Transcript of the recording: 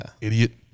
Idiot